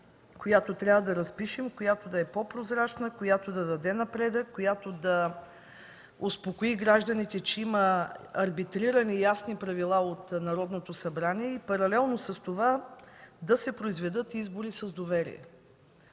която трябва да разпишем, която да е по-прозрачна, която да даде напредък, която да успокои гражданите, че има арбитрирани, ясни правила от Народното събрание и паралелно с това да се произведат избори с доверие.